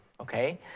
okay